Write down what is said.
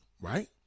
right